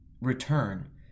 return